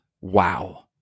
wow